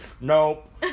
Nope